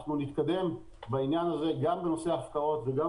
אנחנו נתקדם בנושא הזה גם בעניין ההפקעות וגם